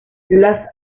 las